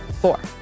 Four